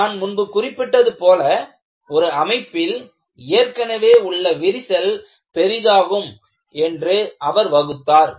நான் முன்பு குறிப்பிட்டது போல ஒரு அமைப்பில் ஏற்கனவே உள்ள விரிசல் பெரிதாகும் என்று அவர் வகுத்தார்